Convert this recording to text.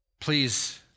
Please